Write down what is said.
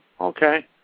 Okay